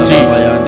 Jesus